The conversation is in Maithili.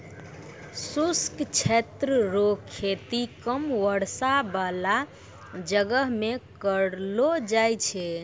शुष्क क्षेत्र रो खेती कम वर्षा बाला जगह मे करलो जाय छै